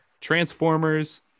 transformers